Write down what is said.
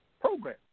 program